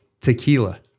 Tequila